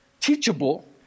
teachable